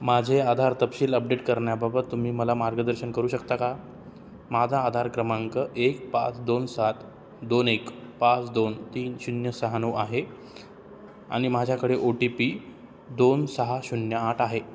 माझे आधार तपशील अपडेट करण्याबाबत तुम्ही मला मार्गदर्शन करू शकता का माझा आधार क्रमांक एक पाच दोन सात दोन एक पाच दोन तीन शून्य सहा नऊ आहे आणि माझ्याकडे ओ टी पी दोन सहा शून्य आठ आहे